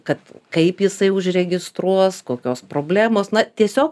kad kaip jisai užregistruos kokios problemos na tiesiog